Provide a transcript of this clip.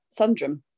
Sundrum